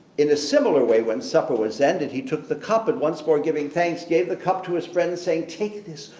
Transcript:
in a similar way, when supper was ended he took the cup, and once more giving thanks, gave the cup to his friends saying take this,